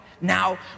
now